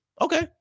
Okay